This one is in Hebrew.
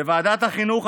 בוועדת החינוך,